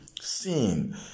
Sin